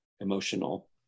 emotional